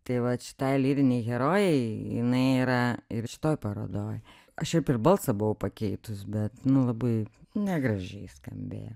tai vat šitai lyrinei herojei jinai yra ir šitoj parodoj aš šiaip ir balsą buvau pakeitus bet nu labai negražiai skambėjo